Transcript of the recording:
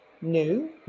new